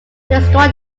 destroy